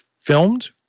filmed